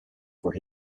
for